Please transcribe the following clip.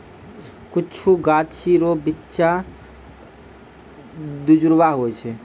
कुछु गाछी रो बिच्चा दुजुड़वा हुवै छै